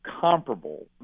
comparable